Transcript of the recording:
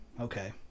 Okay